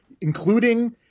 including